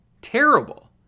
Terrible